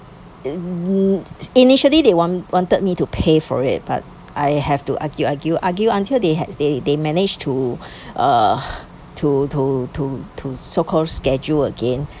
um initially they want wanted me to pay for it but I have to argue argue argue until they had they they managed to uh to to to to so called schedule again